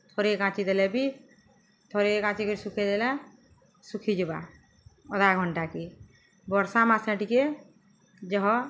ଥରେ କାଚି ଦେଲେ ବି ଥରେ କାଚିକରି ଶୁଖେଇ ଦେଲେ ଶୁଖିଯିବା ଅଧା ଘଣ୍ଟାକେ ବର୍ଷା ମାସେ ଟିକେ ଜହ